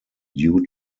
due